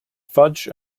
fudge